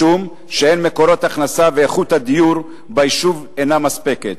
משום שאין מקורות הכנסה ואיכות הדיור ביישוב אינה מספקת.